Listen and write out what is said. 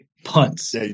punts